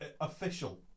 official